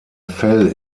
fell